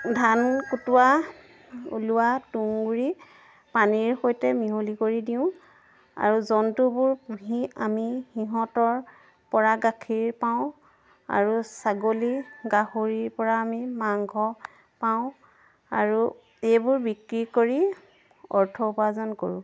ধান কোটোৱা ওলোৱা তুঁহগুৰি পানীৰ সৈতে মিহলি কৰি দিওঁ আৰু জন্তুবোৰ পোহি আমি সিহঁতৰ পৰা গাখীৰ পাওঁ আৰু ছাগলী গাহৰিৰ পৰা আমি মাংস পাওঁ আৰু এইবোৰ বিক্ৰী কৰি অৰ্থ উপাৰ্জন কৰোঁ